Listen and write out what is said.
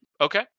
Okay